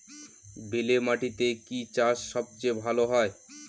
বেলে মাটিতে কি চাষ সবচেয়ে ভালো হয়?